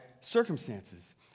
circumstances